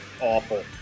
Awful